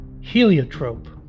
Heliotrope